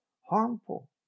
harmful